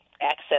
access